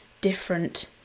different